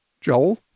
Joel